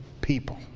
people